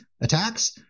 attacks